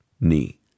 knee